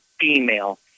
female